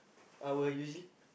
I will usually